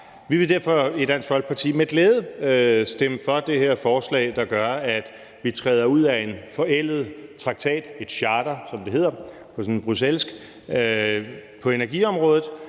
Vi vil derfor i Dansk Folkeparti med glæde stemme for det her forslag, der gør, at vi træder ud af en forældet traktat – et charter, som det hedder på bruxellesk – på energiområdet,